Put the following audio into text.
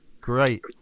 Great